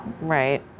Right